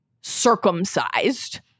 circumcised